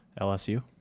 LSU